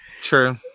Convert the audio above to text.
true